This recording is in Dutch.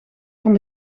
van